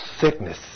sickness